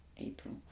April